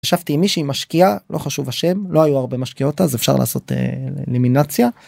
ישבתי עם מישהי משקיעה, לא חשוב השם. לא היו הרבה משקיעות אז אפשר לעשות אלימינציה.